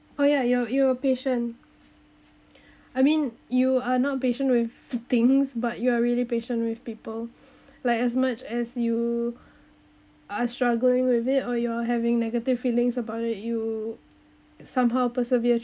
oh yeah you're you're patient I mean you are not patient with things but you are really patient with people like as much as you are struggling with it or you're having negative feelings about it you somehow persevere